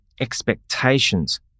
expectations